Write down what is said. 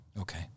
Okay